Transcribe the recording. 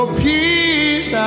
peace